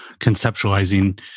conceptualizing